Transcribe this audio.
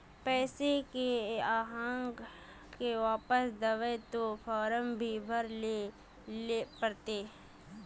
पैसा आहाँ के वापस दबे ते फारम भी भरें ले पड़ते?